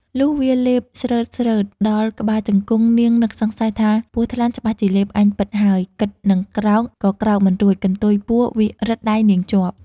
លុះវាលេបស្រឺតៗដល់ក្បាលជង្គង់នាងនឹកសង្ស័យ ថាពស់ថ្លាន់ច្បាស់ជាលេបអញពិតហើយ គិតនិងក្រោក ក៏ក្រោកមិនរួចកន្ទុយពស់វារឹតដៃនាងជាប់។